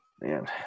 man